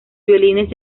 violines